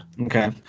Okay